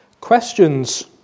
Questions